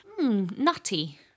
nutty